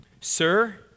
sir